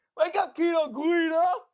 like up keto guido!